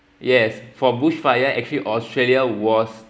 yes for bush fire actually australia was